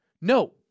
No